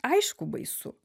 aišku baisu